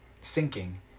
sinking